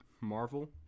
Marvel